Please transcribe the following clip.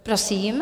Prosím.